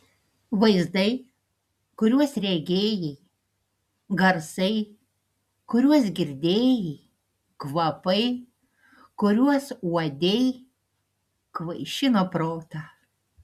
vaizdai kuriuos regėjai garsai kuriuos girdėjai kvapai kuriuos uodei kvaišino protą